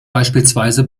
beispielsweise